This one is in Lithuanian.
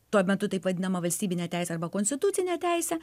tuo metu taip vadinamą valstybinę teisę arba konstitucinę teisę